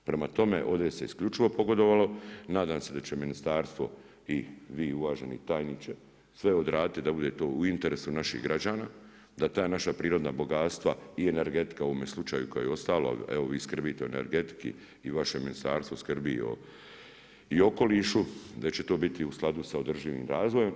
Prema tome, ovdje se isključivo pogodovalo i nadam se da će ministarstvo i vi uvaženi tajniče sve odraditi da bude to u interesu naših građana, da ta naša prirodna bogatstva i energetika u ovome slučaju kao i ostalo, evo vi skrbite o energetiki i vaše ministarstvo skrbi i o okolišu da će to biti u skladu sa održivim razvojem.